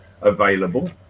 available